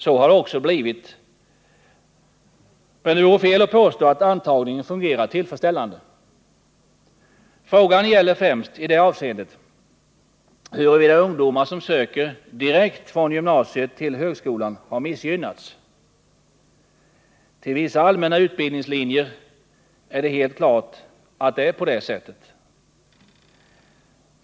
Så har det också blivit, men det vore fel att påstå att antagningen fungerat tillfredsställande. Frågan gäller i det avseendet främst huruvida ungdomar som söker direkt från gymnasiet till högskolan har missgynnats. Vid antagningen till vissa allmänna utbildningslinjer är det helt klart på det sättet.